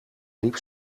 liep